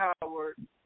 Howard